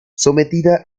sometida